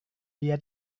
dia